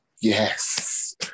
yes